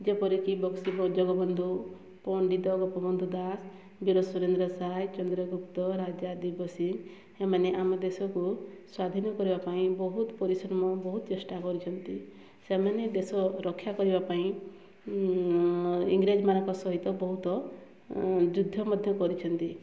ଯେପରି କି ବକ୍ସି ଜଗବନ୍ଧୁ ପଣ୍ଡିତ ଗୋପବନ୍ଧୁ ଦାସ ବୀର ସୁରେନ୍ଦ୍ର ସାଏ ଚନ୍ଦ୍ରଗୁପ୍ତ ରାଜା ଦିବ୍ୟସିଂ ହେମାନେ ଆମ ଦେଶକୁ ସ୍ୱାଧୀନ କରିବା ପାଇଁ ବହୁତ ପରିଶ୍ରମ ବହୁତ ଚେଷ୍ଟା କରିଛନ୍ତି ସେମାନେ ଦେଶ ରକ୍ଷା କରିବା ପାଇଁ ଇଂରେଜ ମାନଙ୍କ ସହିତ ବହୁତ ଯୁଦ୍ଧ ମଧ୍ୟ କରିଛନ୍ତି